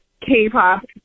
K-pop